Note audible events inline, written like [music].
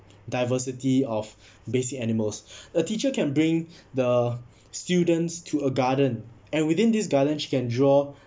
diversity of basic animals [breath] a teacher can bring the students to a garden and within this garden she can draw